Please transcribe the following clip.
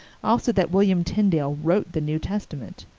also that william tyndale wrote the new testament.